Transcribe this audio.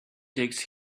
takes